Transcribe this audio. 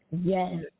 yes